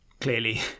clearly